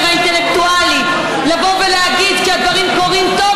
האינטלקטואלי לבוא ולהגיד שכשהדברים קורים טוב,